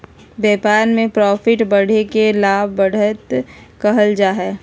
व्यापार में प्रॉफिट बढ़े के लाभ, बढ़त कहल जा हइ